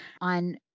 on